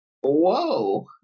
Whoa